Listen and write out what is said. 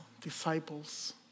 Disciples